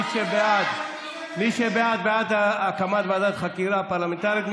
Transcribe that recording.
מי שבעד, בעד הקמת ועדת חקירה פרלמנטרית.